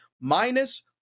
minus